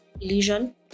illusion